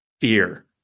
fear